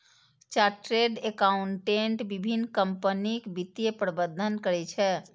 chartered accountant विभिन्न कंपनीक वित्तीय प्रबंधन करै छै